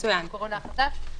הספארי קורס.